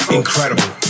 incredible